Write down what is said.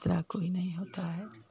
खतरा कोई नहीं होता है